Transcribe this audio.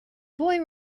boy